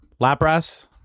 Lapras